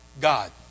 God